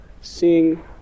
seeing